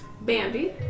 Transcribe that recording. bambi